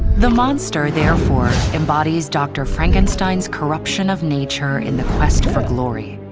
the monster, therefore, embodies dr. frankenstein's corruption of nature in the quest for glory.